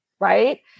right